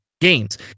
games